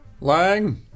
Lang